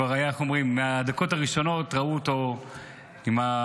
כבר מהדקות הראשונות ראו אותו ברען,